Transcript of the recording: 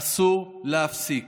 אסור להפסיק.